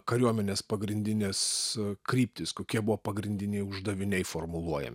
kariuomenės pagrindinės kryptys kokie buvo pagrindiniai uždaviniai formuluojami